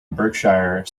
berkshire